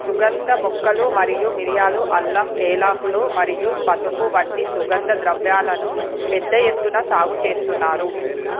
సుగంధ మొక్కలు మరియు మిరియాలు అల్లం ఏలకులు మరియు పసుపు వంటి సుగంధ ద్రవ్యాలను పెద్ద ఎత్తున సాగు చేస్తున్నారు